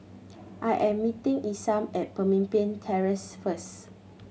I am meeting Isam at Pemimpin Terrace first